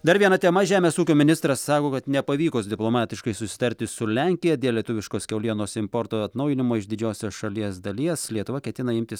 dar viena tema žemės ūkio ministras sako kad nepavykus diplomatiškai susitarti su lenkija dėl lietuviškos kiaulienos importo atnaujinimo iš didžiosios šalies dalies lietuva ketina imtis